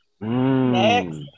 Next